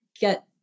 get